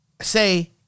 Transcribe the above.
Say